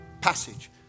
passage